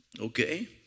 okay